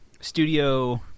studio